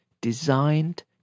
designed